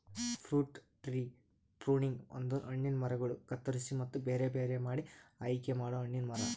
fruit tree pruning ಅಂದುರ್ ಹಣ್ಣಿನ ಮರಗೊಳ್ ಕತ್ತುರಸಿ ಮತ್ತ ಬೇರೆ ಬೇರೆ ಮಾಡಿ ಆಯಿಕೆ ಮಾಡೊ ಹಣ್ಣಿನ ಮರ